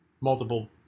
multiple